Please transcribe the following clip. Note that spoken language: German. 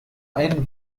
ein